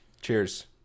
Cheers